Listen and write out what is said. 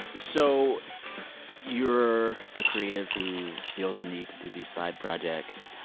so you're a creative who feels a need to do these side projects.